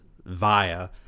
via